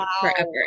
forever